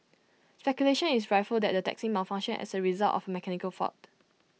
speculation is rife that the taxi malfunctioned as A result of A mechanical fault